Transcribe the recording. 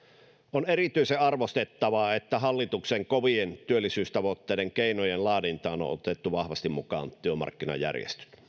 on erityisen arvostettavaa että hallituksen kovien työllisyystavoitteiden keinojen laadintaan on on otettu vahvasti mukaan työmarkkinajärjestöt